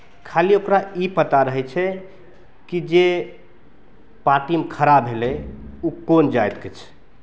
खाली ओकरा ई पता रहै छै कि जे पार्टीमे खड़ा भेलै ओ कोन जातिके छै